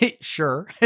Sure